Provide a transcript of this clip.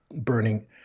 burning